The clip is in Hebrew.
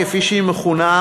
כפי שהיא מכונה,